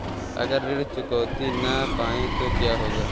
अगर ऋण चुकौती न कर पाए तो क्या होगा?